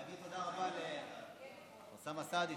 להגיד תודה רבה לאוסאמה סעדי,